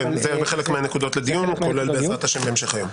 זה בחלק מהנקודות לדיון, בעזרת השם בהמשך היום.